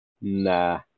Nah